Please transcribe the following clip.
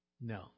No